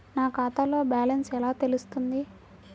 నా ఖాతాలో బ్యాలెన్స్ ఎలా తెలుస్తుంది?